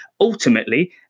Ultimately